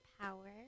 power